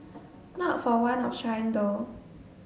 not for want of trying though